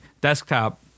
desktop